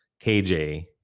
KJ